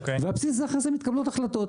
ועל בסיס זה אחרי זה מתקבלות החלטות.